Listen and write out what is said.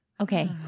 Okay